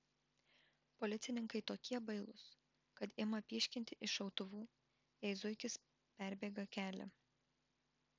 policininkai tokie bailūs kad ima pyškinti iš šautuvų jei zuikis perbėga kelią